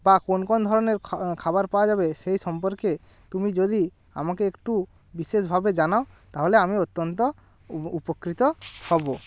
বা কোন কোন ধরনের খাবার পাওয়া যাবে সেই সম্পর্কে তুমি যদি আমাকে একটু বিশেষভাবে জানাও তাহলে আমি অত্যন্ত উপকৃত হব